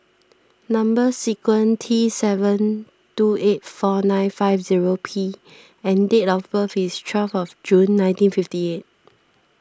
Number Sequence T seven two eight four nine five zero P and date of birth is twelve of June nineteen fifty eight